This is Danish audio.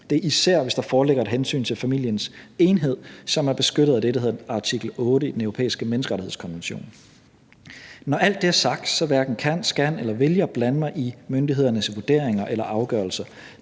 Det er, især hvis der foreligger et hensyn til familiens enhed, som er beskyttet af det, der hedder artikel 8 i Den Europæiske Menneskerettighedskonvention. Når alt det er sagt, så hverken kan, skal eller vil jeg blande mig i myndighedernes vurderinger eller afgørelser.